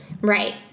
Right